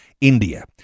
India